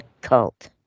cult